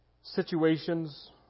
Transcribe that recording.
situations